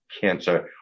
cancer